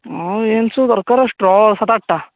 ହଁ ଏନ୍ତି ସବୁ ଦରକାର ଷ୍ଟ୍ର ସାତ ଆଠଟା